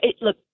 look